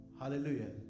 hallelujah